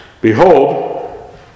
Behold